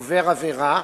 עובר עבירה.